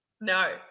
No